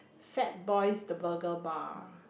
Fat Boys to Burger Bar